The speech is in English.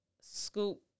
scoop